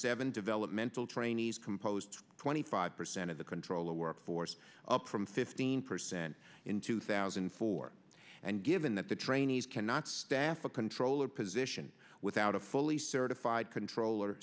seven developmental trainees composed twenty five percent of the controller workforce up from fifteen percent in two thousand and four and given that the trainees cannot staff a controller position without a fully certified controller